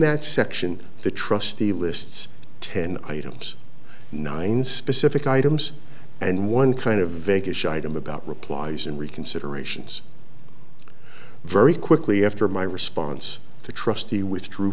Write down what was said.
that section the trustee lists ten items nine specific items and one kind of vegas item about replies and reconsiderations very quickly after my response to trustee withdrew